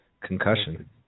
concussion